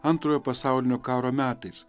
antrojo pasaulinio karo metais